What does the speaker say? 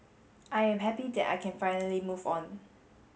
I am happy that I can finally move on